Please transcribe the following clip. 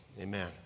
Amen